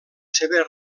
seva